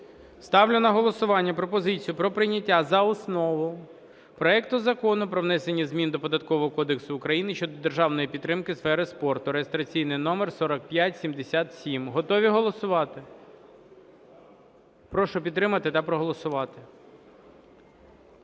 Ставлю на голосування пропозицію про прийняття за основу проекту Закону про внесення змін до Податкового кодексу України щодо державної підтримки сфери спорту (реєстраційний номер 4577). Готові голосувати? Прошу підтримати та проголосувати.